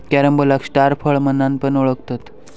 कॅरम्बोलाक स्टार फळ म्हणान पण ओळखतत